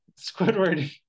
squidward